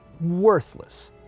worthless